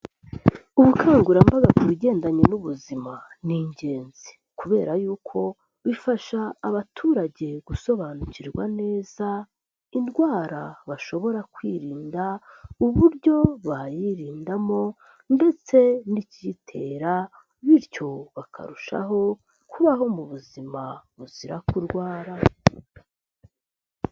Ubukangurambaga ku bigendanye n'ubuzima n'ingenzi kubera yuko bifasha abaturage gusobanukirwa neza indwara bashobora kwirinda, uburyo bayirindamo ndetse n'ikiyitera, bityo bakarushaho kubaho mu buzima buzira kurwara.